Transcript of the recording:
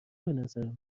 بنظرم